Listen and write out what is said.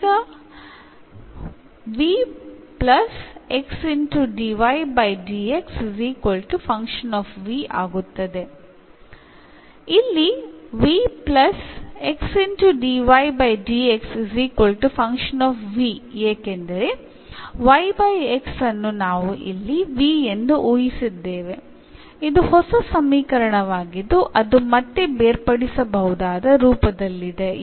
ഇവിടെ നമ്മൾ നെ എന്നായി അനുമാനിച്ചത് കാരണം നമുക്ക് ലഭിക്കുന്ന പുതിയ സമവാക്യം സെപ്പറബിൾഫോമിലാണ്